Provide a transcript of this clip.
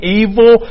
evil